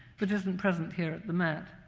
but isn't present here at the met.